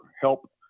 help